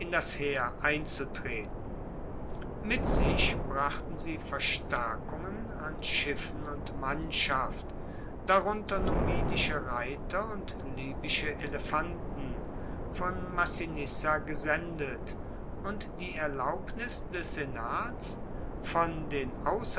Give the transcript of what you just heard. das heer einzutreten mit sich brachten sie verstaerkungen an schiffen und mannschaft darunter numidische reiter und libysche elefanten von massinissa gesendet und die erlaubnis des senats von den